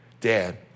Dad